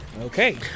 Okay